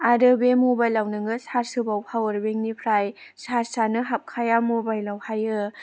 आरो बे मबाइलाव नोङो चार्ज होबाबो पावार बेंकनिफ्राय चार्जआनो हाबखाया मबाइलआवहायो